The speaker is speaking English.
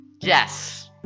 Yes